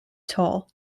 tall